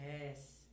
Yes